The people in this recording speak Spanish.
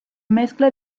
mezcla